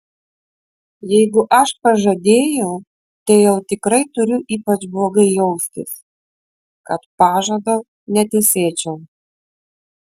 jeigu aš pažadėjau tai jau tikrai turiu ypač blogai jaustis kad pažado netesėčiau